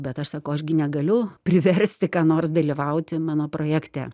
bet aš sakau aš gi negaliu priversti ką nors dalyvauti mano projekte